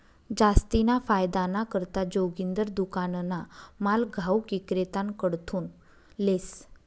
जास्तीना फायदाना करता जोगिंदर दुकानना माल घाऊक इक्रेताकडथून लेस